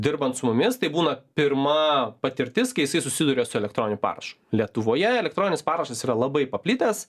dirban su mumis tai būna pirma patirtis kai jisai susiduria su elektroniniu parašu lietuvoje elektroninis parašas yra labai paplitęs